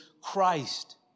Christ